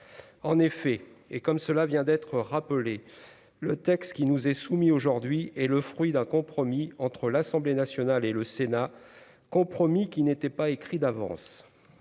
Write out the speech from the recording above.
en effet, et comme cela vient d'être rappelé le texte qui nous est soumis aujourd'hui est le fruit d'un compromis entre l'Assemblée nationale et le Sénat, compromis qui n'était pas écrit d'avance,